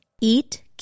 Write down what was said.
Eat